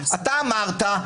אתה אמרת,